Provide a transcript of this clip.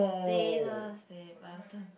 scissors paper stone